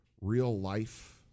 real-life